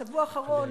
בשבוע האחרון,